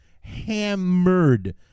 hammered